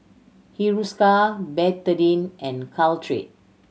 Hiruscar Betadine and Caltrate